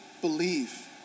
Believe